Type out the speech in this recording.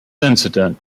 incident